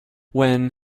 when